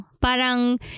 Parang